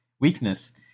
weakness